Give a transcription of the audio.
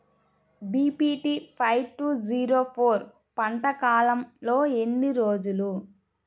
BPT five two zero four పంట కాలంలో ఎన్ని రోజులు?